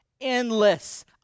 endless